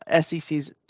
SECs